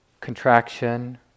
contraction